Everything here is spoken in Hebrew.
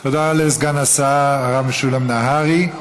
תודה לסגן השר הרב משולם נהרי.